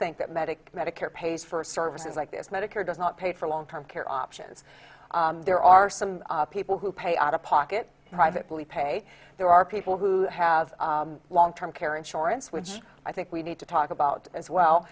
think that medic medicare pays for services like this medicare does not pay for long term care options there are some people who pay out of pocket private believe pay there are people who have long term care insurance which i think we need to talk about as well